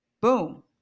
boom